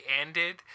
ended